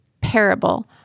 parable